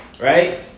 right